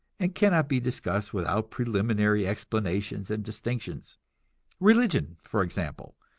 and cannot be discussed without preliminary explanations and distinctions religion, for example,